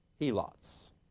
helots